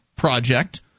project